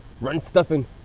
run-stuffing